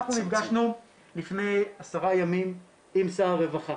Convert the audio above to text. אנחנו נפגשנו לפני עשרה ימים עם שר הרווחה